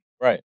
right